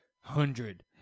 hundred